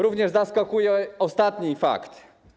Również zaskakuje ostatni fakt.